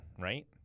right